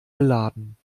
beladen